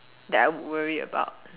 that I would worry about